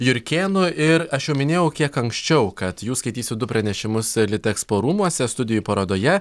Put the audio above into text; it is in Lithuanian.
jurkėnu ir aš jau minėjau kiek anksčiau kad jūs skaitysit du pranešimus litexpo rūmuose studijų parodoje